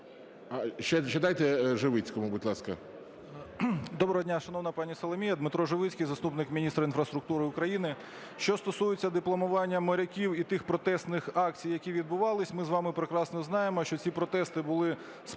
Доброго дня, шановна пані Соломія. Дмитро Живицький, заступник міністра інфраструктури України. Що стосується дипломування моряків і тих протестних акцій, які відбувались, ми з вами прекрасно знаємо, що ці протести були спровоковані